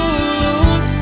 alone